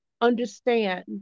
understand